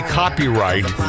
copyright